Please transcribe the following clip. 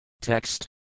Text